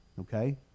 okay